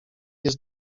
jest